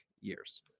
years